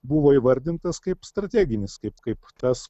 buvo įvardintas kaip strateginis kaip kaip tas